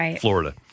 Florida